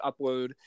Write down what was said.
upload